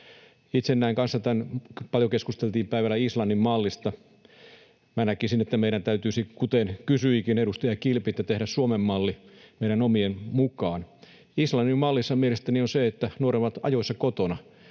harrastemahdollisuudet. Paljon keskusteltiin päivällä Islannin mallista. Minä näkisin, että meidän täytyisi — kuten edustaja Kilpi kysyikin — tehdä Suomen malli meidän omien mukaan. Islannin mallissa mielestäni on se, että nuoret ovat ajoissa kotona.